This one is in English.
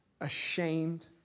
ashamed